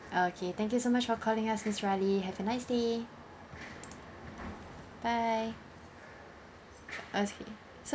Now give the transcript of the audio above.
okay thank you so much for calling us miss riley have a nice day bye okay so